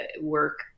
work